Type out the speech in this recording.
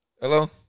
Hello